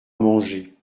manger